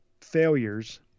failures